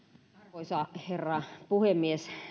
arvoisa herra puhemies